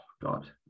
god